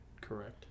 correct